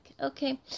Okay